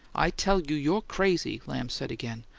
i tell you, you're crazy! lamb said again.